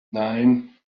nine